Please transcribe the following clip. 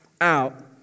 out